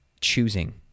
choosing